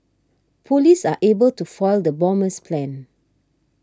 police are able to foil the bomber's plans